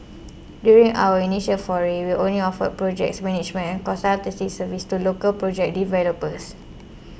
during our initial foray we only offered projects management and consultancy services to local project developers